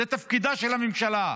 זה תפקידה של הממשלה.